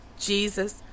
Jesus